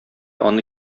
аны